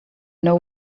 know